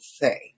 say